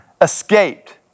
escaped